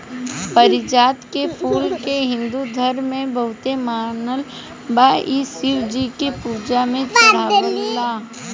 पारिजात के फूल के हिंदू धर्म में बहुते मानल बा इ शिव जी के पूजा में चढ़ेला